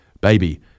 baby